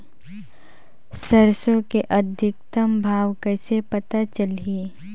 सरसो के अधिकतम भाव कइसे पता चलही?